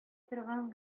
торган